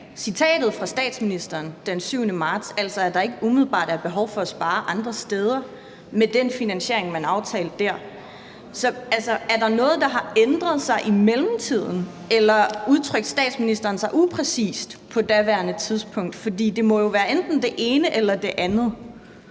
citatet fra statsministeren fra den 7. marts, altså at der ikke umiddelbart var behov for at spare andre steder med den finansiering, man aftalte der. Så er der noget, der har ændret sig i mellemtiden, eller udtrykte statsministeren sig upræcist på daværende tidspunkt? For det må jo enten være det ene eller det andet.